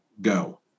go